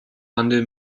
handel